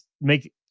make